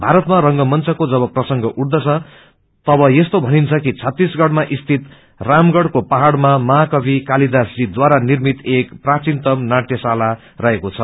भारतमा रंगमंचको जब प्रसंग उठदछ तब यस्तो भनिन्छ कि दत्तीसगढ़मा सीत रामगढ़को पझड़मा महाकवि कालीदासजी द्वारा निर्मित एक प्राचीनतम नाटयशाला रहेको छ